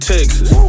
Texas